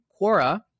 Quora